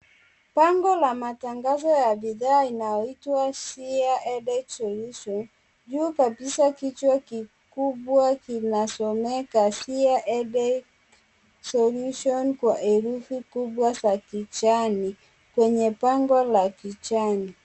Bango la matangazo ya bidhaa inayoitwa Siha Headache Solution juu kabisa kichwa kikubwa kinasomeka Siha Headache Solution kwa herufi kubwa za kijani, kwenye bango la kijani.